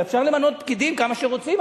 אפשר למנות פקידים כמה שרוצים,